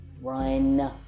run